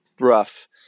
rough